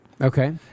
Okay